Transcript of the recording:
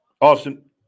Austin